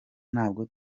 ntabwo